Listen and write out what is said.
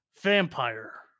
vampire